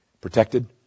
protected